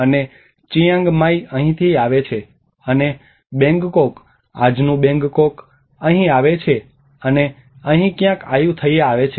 અને Chiang Mai અહીંથી આવે છે અને બેંગકોક આજનુ બેંગકોક અહીંથી આવે છે અને અહીં ક્યાંક આયુથૈયા આવે છે